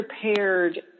prepared